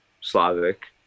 Slavic